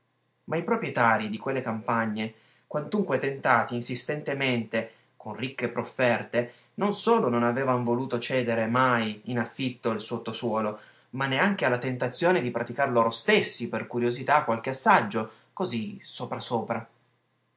ma i proprietarii di quelle campagne quantunque tentati insistentemente con ricche profferte non solo non avevan voluto mai cedere in affitto il sottosuolo ma neanche alla tentazione di praticar loro stessi per curiosità qualche assaggio così sopra sopra